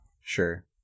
Sure